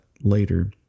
later